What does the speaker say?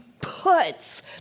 puts